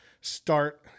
start